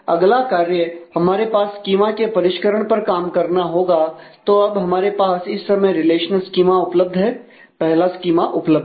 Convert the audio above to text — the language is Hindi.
अगला कार्य हमारे पास स्कीमा के परिष्करण पर काम करना होगा तो अब हमारे पास इस समय रिलेशनल स्कीमा उपलब्ध है पहला स्कीमा उपलब्ध है